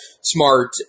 smart